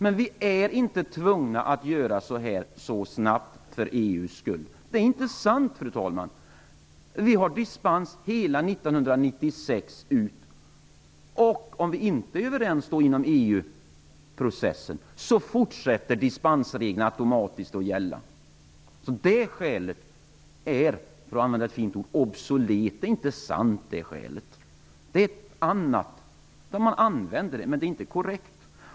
Men vi är inte tvungna att vidta en sådan här åtgärd så snabbt för EU:s skull; det är inte sant. Vi har nämligen dispens för hela 1996. Och om vi sedan inte är överens inom EU-processen fortsätter dispensregeln automatiskt att gälla. Nämnda skäl är alltså obsolet, för att använda ett fint ord. Det är alltså inte sanningen, utan det är något annat. Nämnda skäl är alltså inte korrekt.